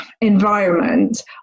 environment